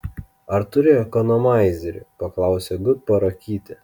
ar turi ekonomaizerį paklausė gutparakytė